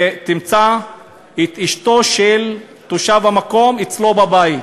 ותמצא את אשתו של תושב המקום אצלו בבית,